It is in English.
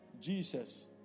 Jesus